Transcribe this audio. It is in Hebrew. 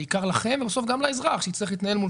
בעיקר לכם וגם לאזרח שיצטרך להתנהל מול